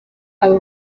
aba